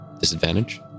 Disadvantage